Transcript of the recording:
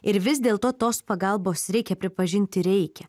ir vis dėlto tos pagalbos reikia pripažinti reikia